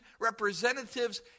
Representatives